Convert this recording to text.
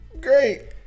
great